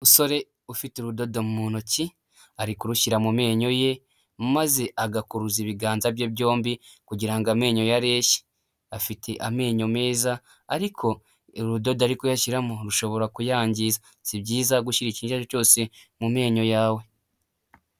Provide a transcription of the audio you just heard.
Umusore ufite urudodo mu ntoki ari kurushyira mu menyo ye maze agakuruza ibiganza bye byombi kugira ngo amenyo yari areshye, afite amenyo meza ariko urudodo ari kuyashyiramo rushobora kuyangiza sibyiza gushyira ikintu icyo aricyo cyose mu menyo yawe.